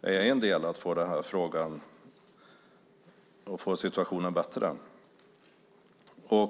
Det är en del i att få situationen bättre. Jag